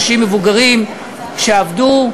אנשים מבוגרים שעבדו,